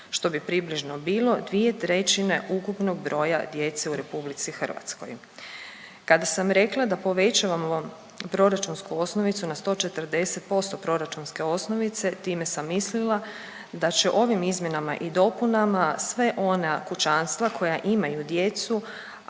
što bi približno bilo 2/3 ukupnog broja djece u RH. Kada sam rekla da povećavamo proračunsku osnovicu na 140% proračunske osnovice time sam mislila da će ovim izmjenama i dopunama sva ona kućanstva koja imaju djecu,